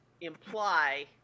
imply